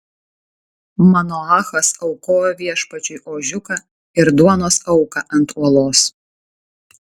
manoachas aukojo viešpačiui ožiuką ir duonos auką ant uolos